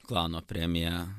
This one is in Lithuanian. klano premija